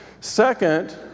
Second